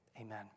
Amen